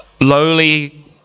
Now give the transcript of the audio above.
lowly